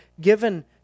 given